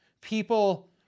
People